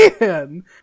man